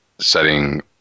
setting